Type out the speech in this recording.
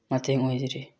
ꯃꯇꯦꯡ ꯑꯣꯏꯖꯔꯤ